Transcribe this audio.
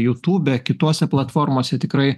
jutube kitose platformose tikrai